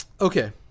okay